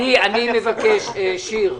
שיר,